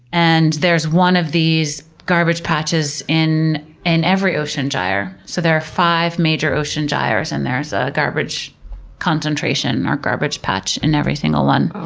and there's one of these garbage patches in and every ocean gyre. so there are five major ocean gyres and there's a garbage concentration or garbage patch in every single one. oh